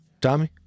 tommy